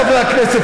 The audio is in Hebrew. חברי הכנסת,